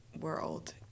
world